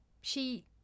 She